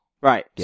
Right